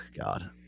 god